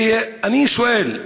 אני שואל: